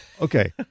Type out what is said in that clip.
Okay